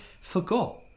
forgot